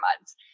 months